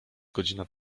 godzina